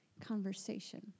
conversation